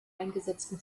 eingesetzten